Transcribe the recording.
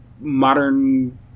modern